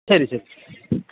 ശരി ശരി